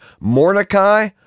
Mordecai